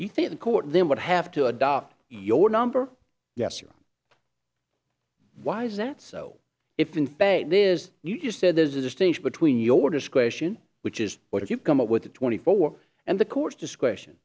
thought the court then would have to adopt your number yes or why is that so if in faith is not you said there's a distinction between your discretion which is what if you come up with a twenty four and the court's discretion